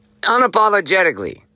unapologetically